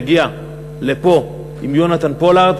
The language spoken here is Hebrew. יגיע לפה עם יונתן פולארד,